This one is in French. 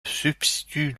substitue